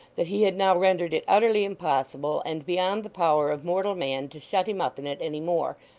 that he had now rendered it utterly impossible, and beyond the power of mortal man, to shut him up in it any more,